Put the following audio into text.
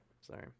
Sorry